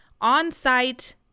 on-site